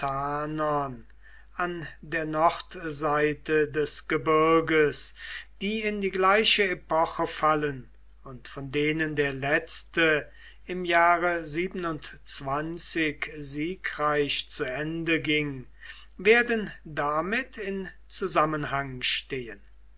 an der nordseite des gebirges die in die gleiche epoche fallen und von denen der letzte im jahre siegreich zu ende ging werden damit in zusammenhang stehen